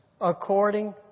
according